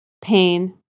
pain